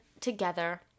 together